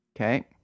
Okay